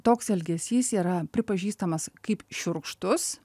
toks elgesys yra pripažįstamas kaip šiurkštus